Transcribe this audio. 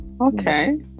Okay